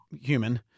human